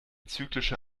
zyklische